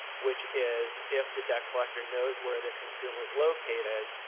which is if the debt collector knows where the consumer is located,